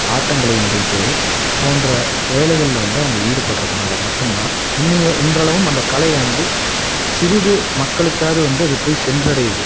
ஆட்டங்களை நிகழ்த்துவது போன்ற வேலைகளில் வந்து அவங்க ஈடுபடுறதுனால மட்டுந்தான் இன்றைய இன்றளவும் அந்த கலையை வந்து சிறிது மக்களுக்காவது வந்து அது போய் சென்றடையுது